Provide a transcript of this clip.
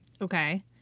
Okay